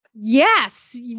Yes